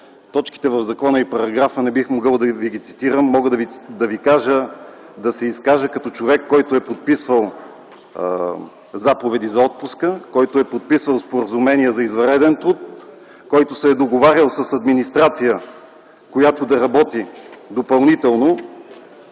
Точките в закона и параграфа не бих могъл да ви ги цитирам. Мога да се изкажа като човек, който е подписвал заповеди за отпуски, който е подписвал споразумения за извънреден труд, който се е договарял с администрация, която да работи допълнително.